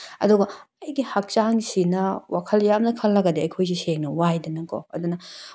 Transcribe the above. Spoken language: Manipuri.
ꯑꯗꯨꯒ ꯑꯩꯒꯤ ꯍꯛꯆꯥꯡꯁꯤꯅ ꯋꯥꯈꯜ ꯌꯥꯝꯅ ꯈꯜꯂꯒꯗꯤ ꯑꯩꯈꯣꯏꯁꯦ ꯁꯦꯡꯅ ꯋꯥꯏꯗꯅꯀꯣ ꯑꯗꯨꯅ